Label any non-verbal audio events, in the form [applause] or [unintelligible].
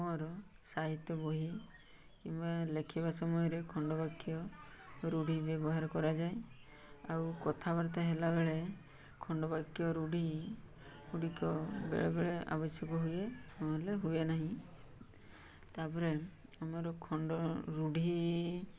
ମୋର ସାହିତ୍ୟ ବହି କିମ୍ବା ଲେଖିବା ସମୟରେ ଖଣ୍ଡବାକ୍ୟ ରୂଢ଼ି ବ୍ୟବହାର କରାଯାଏ ଆଉ କଥାବାର୍ତ୍ତା ହେଲାବେଳେ ଖଣ୍ଡବାକ୍ୟ ରୂଢ଼ି ଗୁଡ଼ିକ ବେଳେବେଳେ ଆବଶ୍ୟକ ହୁଏ [unintelligible] ହୁଏ ନାହିଁ ତା'ପରେ ଆମର ଖଣ୍ଡ ରୂଢ଼ି